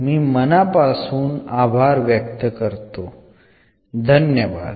നിങ്ങളുടെ ശ്രദ്ധയ്ക്ക് നന്ദി